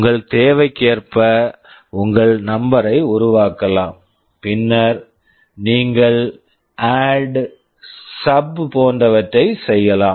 உங்கள் தேவைக்கேற்ப உங்கள் நம்பர் number ஐ உருவாக்கலாம் பின்னர் நீங்கள் எடிடி ADD எஸ்யுபி SUB போன்றவற்றை செய்யலாம்